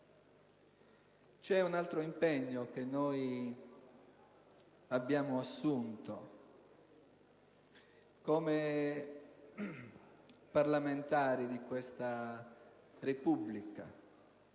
però un altro impegno che abbiamo assunto come parlamentari di questa Repubblica